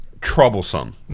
troublesome